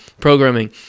programming